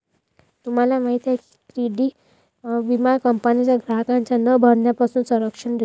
तुम्हाला माहिती आहे का की क्रेडिट विमा कंपन्यांना ग्राहकांच्या न भरण्यापासून संरक्षण देतो